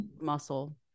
muscle